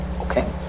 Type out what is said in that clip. okay